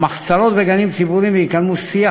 מחצלות בגנים ציבוריים ויקיימו שיח